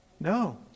No